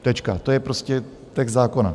Tečka, to je prostě text zákona.